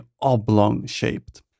oblong-shaped